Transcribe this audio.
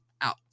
out